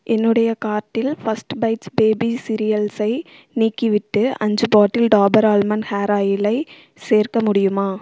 என்னுடைய கார்ட்டில் first bites baby சிரியல்ஸை நீக்கிவிட்டு அஞ்சு பாட்டில் டாபர் ஆல்மண்ட் ஹேர் ஆயிலை சேர்க்க முடியுமா